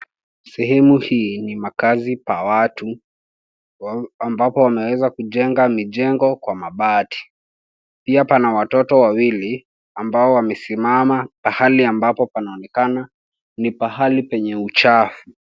Sehemu hii ni makazi ya watu, ambapo wameweza kujenga majengo Kwa mabati. Pia kuna watoto wawili ambao wamesimama pahali ambapo panaonekana ni pahali penye uchafu.